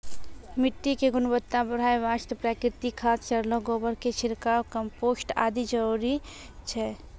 मिट्टी के गुणवत्ता बढ़ाय वास्तॅ प्राकृतिक खाद, सड़लो गोबर के छिड़काव, कंपोस्ट आदि जरूरी छै